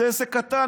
זה עסק קטן,